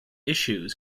issues